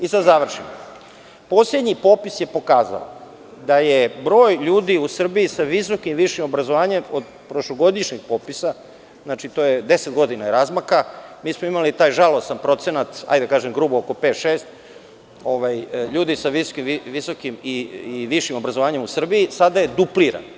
Da završimo, poslednji popis je pokazao da je broj ljudi u Srbiji sa visokim i višim obrazovanjem od prošlogodišnjeg popisa, to je 10 godina razmaka, mi smo imali taj žalostan procenat, da kažem grubo oko pet-šest ljudi sa visokim i višim obrazovanjem u Srbiji, sada je dupliran.